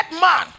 man